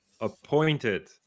appointed